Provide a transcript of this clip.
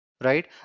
right